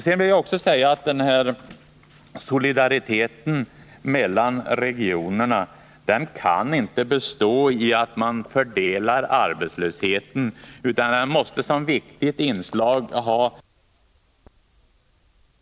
Sedan vill jag också säga att solidariteten mellan regionerna inte kan bestå i att man fördelar arbetslösheten, utan den måste som ett viktigt inslag ha att man skapar nya arbetstillfällen — särskilt på orter som Sölvesborg och andra, som har akuta sysselsättningsproblem.